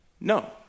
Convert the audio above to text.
No